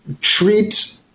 treat